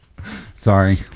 Sorry